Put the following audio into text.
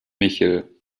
michel